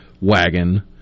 wagon